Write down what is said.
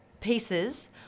pieces